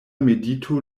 medito